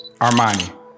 Armani